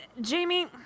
Jamie